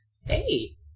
Hey